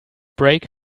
brake